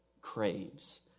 craves